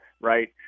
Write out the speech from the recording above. right